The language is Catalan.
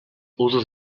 usos